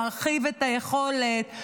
מרחיב את היכולת.